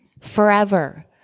forever